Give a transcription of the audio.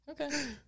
Okay